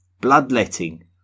Bloodletting